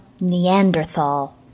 Neanderthal